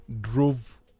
drove